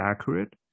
accurate